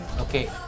Okay